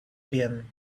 been